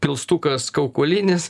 pilstukas kaukolinis